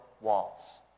walls